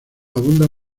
abundan